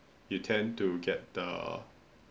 you tend to get the